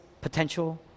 potential